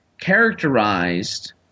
characterized